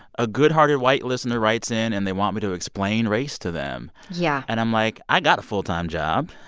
a goodhearted white listener writes in, and they want me to explain race to them yeah and i'm like, i've got a full-time job,